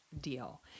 deal